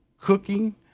cooking